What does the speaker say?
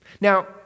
Now